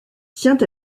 tient